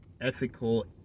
ethical